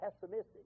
pessimistic